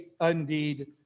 indeed